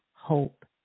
Hope